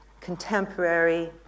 contemporary